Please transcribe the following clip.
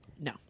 no